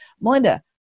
Melinda